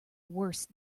worst